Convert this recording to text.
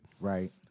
Right